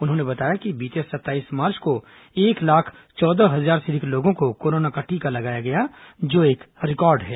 उन्होंने बताया कि बीते सत्ताईस मार्च को एक लाख चौदह हजार से अधिक लोगों को कोरोना का टीका लगाया गया जो एक रिकॉर्ड है